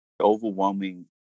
overwhelming